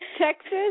Texas